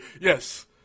Yes